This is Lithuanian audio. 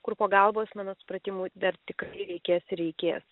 kur pagalbos mano supratimu dar tikrai reikės ir reikės